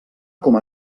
com